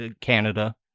Canada